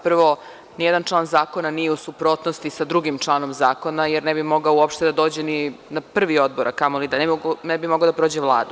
Prvo, ni jedan član zakona nije u suprotnosti sa drugim članom zakona, jer ne bi mogao uopšte da dođe ni na prvi odbor, a ne bi mogao da prođe Vladu.